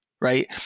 right